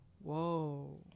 Whoa